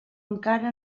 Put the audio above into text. encara